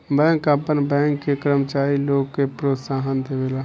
bank आपन bank के कर्मचारी लोग के प्रोत्साहन देवेला